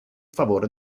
favore